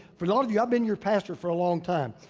for a lot of you have been your pastor for a long time.